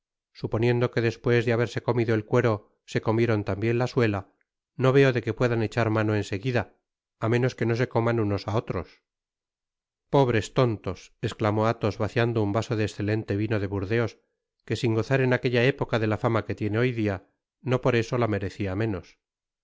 suponiendo que despues de haberse comido el cuero se comieron tambien la suela no veo de que puedan echar mano en seguida á menos que no se coman uoos á otros content from google book search generated at pobres tontos esclamó athos vaciando un vaso de escelente vino de burdeos que sin gozar en aquetla época de la fama que tiene hoy dia no por eso la merecia menos